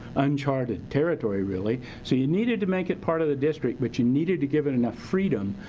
uncharted territory really. so you needed to make it part of the district, but you needed to give it enough freedom,